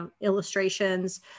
illustrations